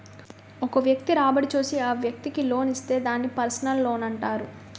ఒక వ్యక్తి రాబడి చూసి ఆ వ్యక్తికి లోన్ ఇస్తే దాన్ని పర్సనల్ లోనంటారు